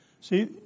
See